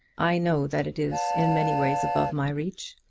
i know that it is in many ways above my reach.